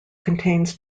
contains